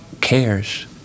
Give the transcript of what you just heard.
cares